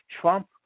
Trump